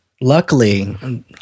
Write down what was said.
luckily